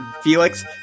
Felix